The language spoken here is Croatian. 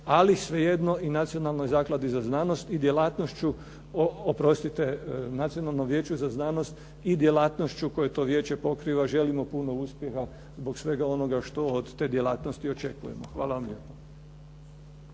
Ali svejedno i Nacionalnoj zakladi za znanost i djelatnošću oprostite Nacionalnom vijeću za znanost i djelatnošću koje to vijeće pokriva želimo puno uspjeha zbog svega onoga što od te djelatnosti očekujemo. Hvala vam lijepo.